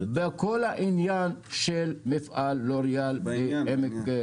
בכל העניין של מפעל לוריאל במגדל העמק?